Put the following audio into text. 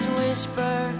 whisper